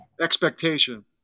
Expectation